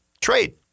Trade